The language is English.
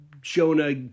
Jonah